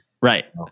Right